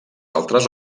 altres